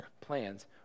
plans